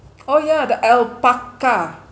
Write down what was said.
oh ya the alpaca